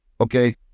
Okay